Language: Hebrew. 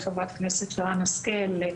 לחברת הכנסת שרן השכל,